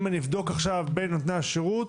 אם אני אבדוק עכשיו בין נותני השירות,